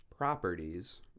Properties